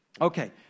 okay